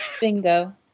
Bingo